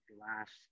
last